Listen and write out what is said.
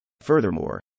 Furthermore